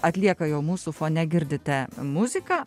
atlieka jau mūsų fone girdite muziką